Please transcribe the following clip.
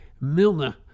Milner